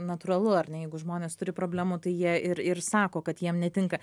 natūralu ar ne jeigu žmonės turi problemų tai jie ir ir sako kad jiem netinka